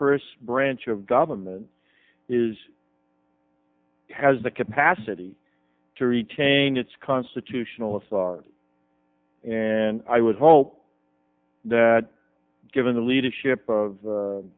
first branch of government is has the capacity to retain its constitutional authority and i would hope that given the leadership